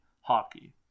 hockey